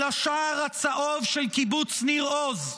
אל השער הצהוב של קיבוץ ניר עוז,